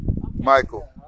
Michael